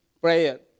prayer